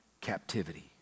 captivity